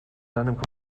deinem